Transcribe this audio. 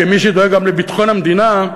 כמי שדואג גם לביטחון המדינה,